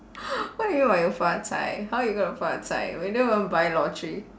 what you mean by you 发财 how you going to 发财 we never even buy lottery